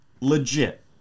Legit